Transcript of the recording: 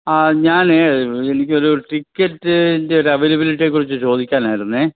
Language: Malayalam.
ആ ഞാനേ എനിക്കൊരു ടിക്കറ്റ് ൻ്റെ അവൈലബിലിറ്റിയെ കുറിച്ച് ചോദിക്കാനായിരുന്നു